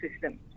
system